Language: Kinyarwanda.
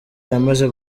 yamaze